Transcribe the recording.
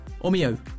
OMIO